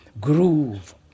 groove